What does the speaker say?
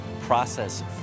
process